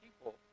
people